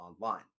online